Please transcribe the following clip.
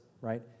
right